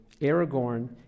Aragorn